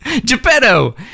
Geppetto